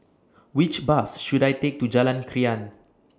Which Bus should I Take to Jalan Krian